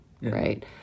right